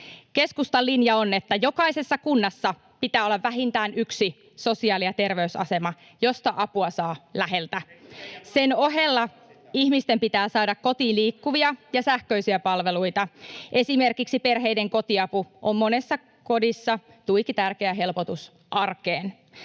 Keskustan linja on, että jokaisessa kunnassa pitää olla vähintään yksi sosiaali- ja terveysasema, josta apua saa läheltä. [Ben Zyskowicz: Eikö teidän mallinne katakaan sitä?] Sen ohella ihmisten pitää saada kotiin liikkuvia ja sähköisiä palveluita. Esimerkiksi perheiden kotiapu on monessa kodissa tuiki tärkeä helpotus arkeen.